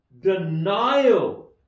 denial